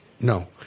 No